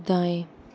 दाएं